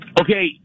Okay